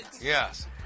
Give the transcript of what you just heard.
Yes